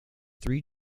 three